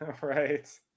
right